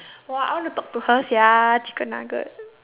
!wah! I want to talk to her sia chicken nugget